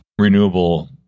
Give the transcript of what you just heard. Renewable